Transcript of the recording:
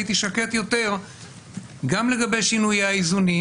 הייתי שקט יותר גם לגבי שינויי האיזונים